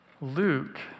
Luke